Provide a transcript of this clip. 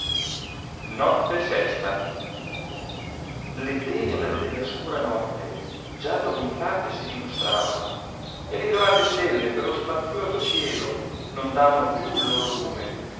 notte sesta le tenebre della scura notte già da ogni parte si dimostravano e le dorate stelle per lo spazioso cielo non davano più il loro lume